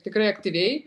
tikrai aktyviai